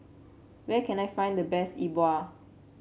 where can I find the best E Bua